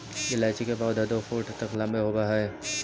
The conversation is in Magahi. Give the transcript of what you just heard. इलायची के पौधे दो फुट तक लंबे होवअ हई